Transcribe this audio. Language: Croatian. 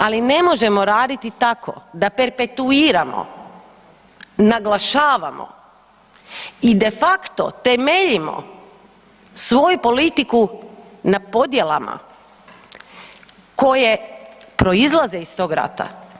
Ali ne možemo raditi tako da perpetuiramo, naglašavamo i de facto temeljimo svoju politiku na podjelama koje proizlaze iz tog rata.